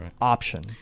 option